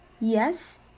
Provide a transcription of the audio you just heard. yes